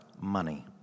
money